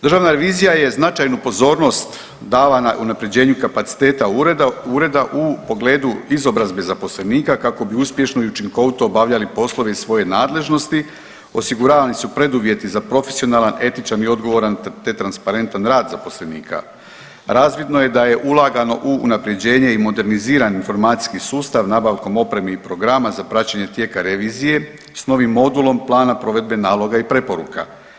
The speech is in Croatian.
Državna revizija je značajnu pozornost dala na unaprjeđenju kapaciteta ureda u pogledu izobrazbe zaposlenika kako bi uspješno i učinkovito obavljali poslove iz svoje nadležnosti, osiguravani su preduvjeti za profesionalan, etičan i odgovoran, te transparentan rad zaposlenika, razvidno je da je ulagano u unaprjeđenje i modernizirani informacijski sustav nabavkom opreme i programa za praćenje tijeka revizije s novim modulom plana provedbe naloga i preporuka.